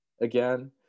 again